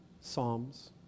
Psalms